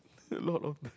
a lot of the